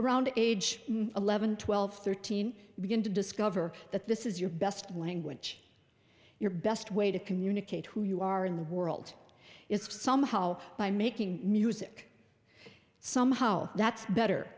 around age eleven twelve thirteen begin to discover that this is your best language your best way to communicate who you are in the world is somehow by making music somehow that's better